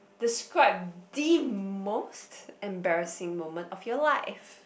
describe the most embarrassing moment of your life